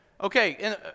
Okay